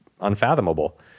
unfathomable